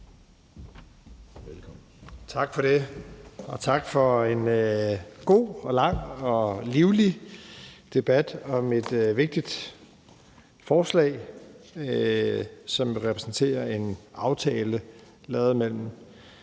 Tak for det, og tak for en god og lang og livlig debat om et vigtigt forslag, som repræsenterer en aftale lavet mellem